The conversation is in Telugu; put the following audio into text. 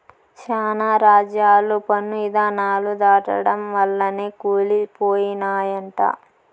శానా రాజ్యాలు పన్ను ఇధానాలు దాటడం వల్లనే కూలి పోయినయంట